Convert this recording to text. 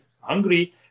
hungry